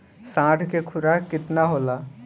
साँढ़ के खुराक केतना होला?